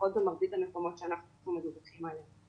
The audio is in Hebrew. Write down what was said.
לפחות במרבית המקומות שאנחנו מדווחים עליהם.